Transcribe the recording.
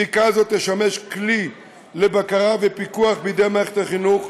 הבדיקה הזאת תשמש כלי לבקרה ופיקוח בידי מערכת החינוך,